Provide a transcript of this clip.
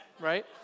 right